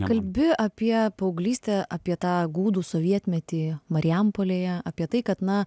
kalbi apie paauglystę apie tą gūdų sovietmetį marijampolėje apie tai kad na